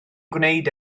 gwneud